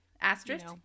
asterisk